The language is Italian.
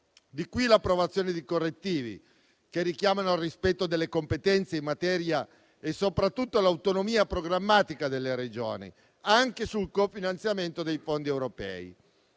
Di qui l'approvazione di correttivi che richiamano al rispetto delle competenze in materia, e soprattutto all'autonomia programmatica delle Regioni, anche sul cofinanziamento dei fondi europei,